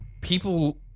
people